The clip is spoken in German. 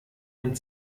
den